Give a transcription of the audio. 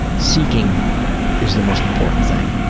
seeking is the most important thing.